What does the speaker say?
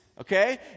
Okay